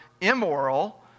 immoral